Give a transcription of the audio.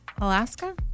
Alaska